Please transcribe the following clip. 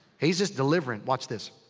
he's just delivering. watch this.